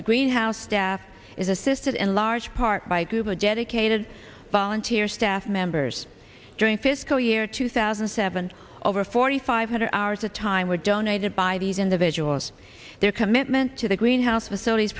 the green house staff is assisted in large part by a group of dedicated volunteer staff members during fiscal year two thousand and seven over forty five hundred hours of time were donated by these individuals their commitment to the greenhouse facilities